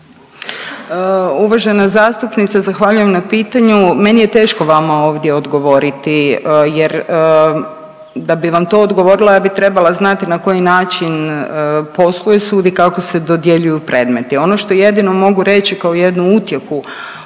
Uvažena zastupnice zahvaljujem na pitanju. Meni je teško vama ovdje odgovoriti jer da bi vam to odgovorila ja bi trebala znati na koji način posluje sud i kako se dodjeljuju predmeti. Ono što jedino mogu reći kao jednu utjehu